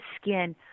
skin